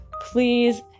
please